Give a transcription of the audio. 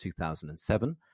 2007